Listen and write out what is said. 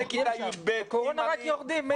בקורונה רק יורדים.